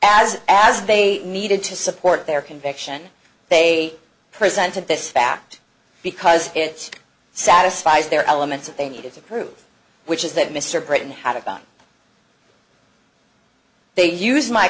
as as they needed to support their conviction they presented this fact because it satisfies their elements they needed to prove which is that mr breton had about they use my